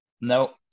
No